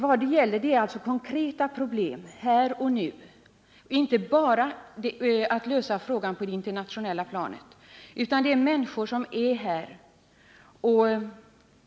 Vad det gäller är alltså att lösa det konkreta problemet här och nu för de människor som befinner sig här — inte bara att lösa frågan på det internationella planet.